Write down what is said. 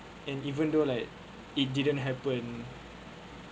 and even though like it didn't happen